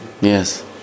yes